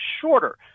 shorter